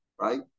right